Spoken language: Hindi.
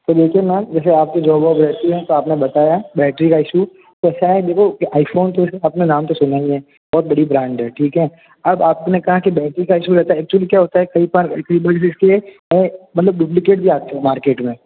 तो देखिए मेम जैसे आप की जॉब वोब रहती है तो आपने बताया बैटरी का इश्यू तो शायद देखो की आइफोन तो उसने अपना नाम तो सुना नहीं है बहुत बड़ी बैन्ड है ठीक है अब आपने कहा की बैटरी का इश्यू रहता है एक्चुअली क्या होता है कई बार मतलब डुप्लिकेट भी आते हैं मार्केट में